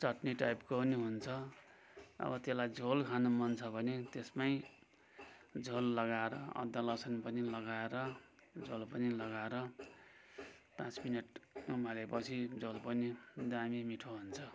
चट्नी टाइपको पनि हुन्छ अब त्यसलाई झोल खानु मन छ भने त्यसमै झोल लगाएर अदुवा लसुन पनि लगाएर झोल पनि लगाएर पाँच मिनट उमाले पछि झोल पनि दामी मिठो हुन्छ